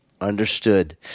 Understood